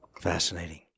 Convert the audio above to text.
Fascinating